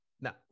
Now